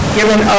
given